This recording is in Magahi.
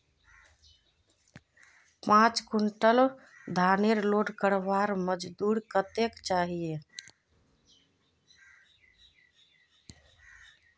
पाँच कुंटल धानेर लोड करवार मजदूरी कतेक होचए?